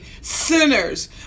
sinners